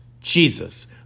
Jesus